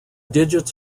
digits